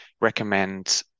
recommend